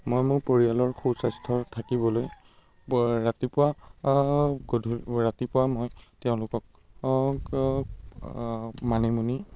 মই মোৰ পৰিয়ালৰ সুস্বাস্থ্য থাকিবলৈ ৰাতিপুৱা গধূ ৰাতিপুৱা মই তেওঁলোকক মানিমুণি